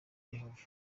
yehova